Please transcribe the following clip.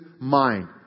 mind